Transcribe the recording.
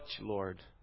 Lord